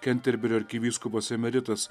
kenterberio arkivyskupas emeritas